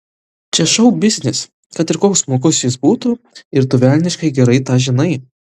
čia šou biznis kad ir koks smulkus jis būtų ir tu velniškai gerai tą žinai